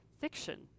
fiction